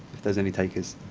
if there's any takers.